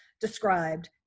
described